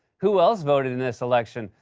who else voted in this election,